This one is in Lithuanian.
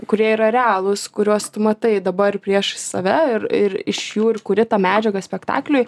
kurie yra realūs kuriuos tu matai dabar prieš save ir ir iš jų ir kuri tą medžiagą spektakliui